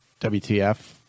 WTF